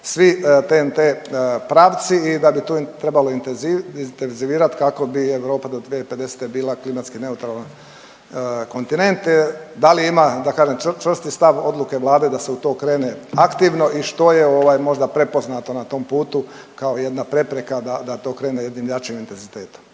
svi TEN-T pravci i da bi tu trebalo intenzivirati kako bi Europa do 2050. bila klimatski neutralan kontinent. Da li ima, da kažem, čvrsti stav odluke Vlade da se u to krene aktivno i što je ovaj, možda prepoznato na tom putu kao jedna prepreka da to krene jednim jačim intenzitetom.